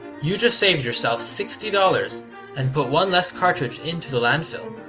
you just saved yourself sixty dollars and put one less cartridge into the landfill.